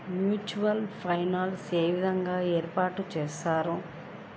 Mutual funds ఏ విధంగా ఏర్పాటు చేస్తారు?